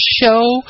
show